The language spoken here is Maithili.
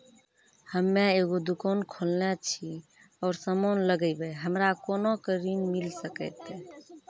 हम्मे एगो दुकान खोलने छी और समान लगैबै हमरा कोना के ऋण मिल सकत?